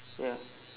ya